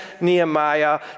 Nehemiah